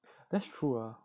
that's true